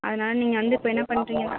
அதனால் நீங்கள் வந்து இப்போ என்ன பண்ணுறிங்கன்னா